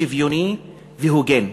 שוויוני והוגן.